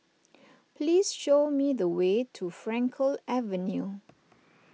please show me the way to Frankel Avenue